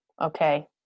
Okay